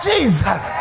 Jesus